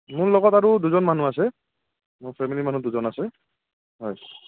মোৰ লগত আৰু দুজন মানুহ আছে মোৰ ফেমিলী মানুহ দুজন আছে হয়